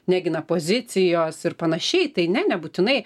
negina pozicijos ir panašiai tai ne nebūtinai